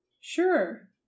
sure